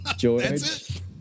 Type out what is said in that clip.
George